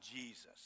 Jesus